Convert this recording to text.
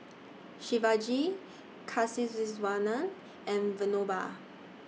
Shivaji Kasiviswanathan and Vinoba